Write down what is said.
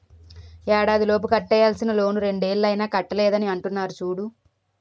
ఏడాదిలోపు కట్టేయాల్సిన లోన్ రెండేళ్ళు అయినా కట్టలేదని అంటున్నారు చూడు